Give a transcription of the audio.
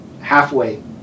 halfway